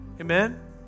Amen